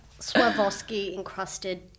Swarovski-encrusted